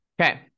Okay